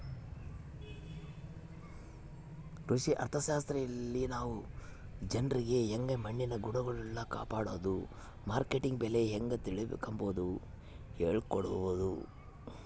ಕೃಷಿ ಅರ್ಥಶಾಸ್ತ್ರಲಾಸಿ ನಾವು ಜನ್ರಿಗೆ ಯಂಗೆ ಮಣ್ಣಿನ ಗುಣಗಳ್ನ ಕಾಪಡೋದು, ಮಾರ್ಕೆಟ್ನಗ ಬೆಲೆ ಹೇಂಗ ತಿಳಿಕಂಬದು ಹೇಳಿಕೊಡಬೊದು